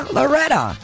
Loretta